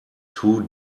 too